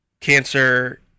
cancer